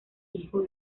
hijo